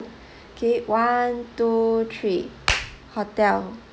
okay one two three hotel